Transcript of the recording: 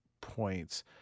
points